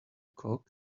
cock